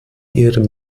ihrem